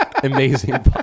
Amazing